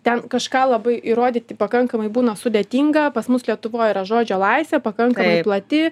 ten kažką labai įrodyti pakankamai būna sudėtinga pas mus lietuvoj yra žodžio laisvė pakankamai plati